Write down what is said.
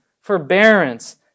forbearance